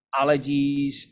allergies